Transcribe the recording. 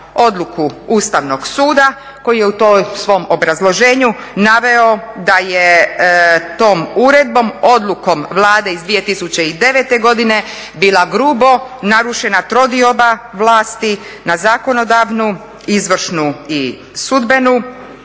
odluku Ustavnog suda koji je u tom svom obrazloženju naveo da je tom uredbom, odlukom Vlade iz 2009. godine bila grubo narušena trodioba vlasti na zakonodavnu, izvršnu i sudbenu.